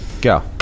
go